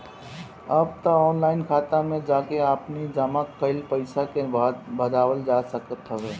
अब तअ ऑनलाइन खाता में जाके आपनी जमा कईल पईसा के भजावल जा सकत हवे